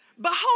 Behold